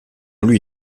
lui